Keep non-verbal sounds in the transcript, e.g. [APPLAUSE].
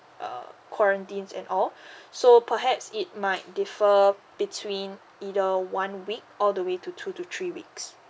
uh quarantines and all [BREATH] so perhaps it might differ between either one week all the way to two to three weeks